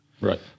Right